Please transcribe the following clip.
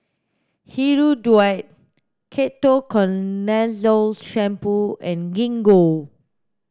Hirudoid Ketoconazole shampoo and Gingko